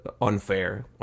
unfair